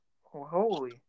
holy